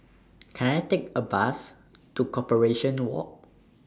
Can I Take A Bus to Corporation Walk